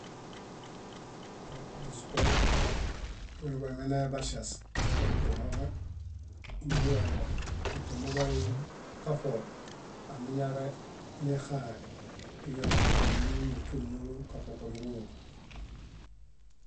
Busupo bonuḃuemenaye baŝias muṗe nibuhoḃẽ, muiniġaɭo tĩto muḃay kaṗolo, amiñare nexãhe, iñaḃa mímitu númulo, kaṗoko núġuloo.